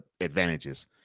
advantages